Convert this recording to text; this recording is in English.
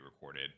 recorded